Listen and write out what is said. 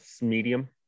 medium